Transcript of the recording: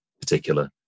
particular